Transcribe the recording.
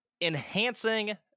enhancing